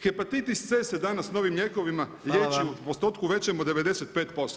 Hepatitis C se danas novim lijekovima liječi u postotku većem od 95%